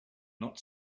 not